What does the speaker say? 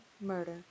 murder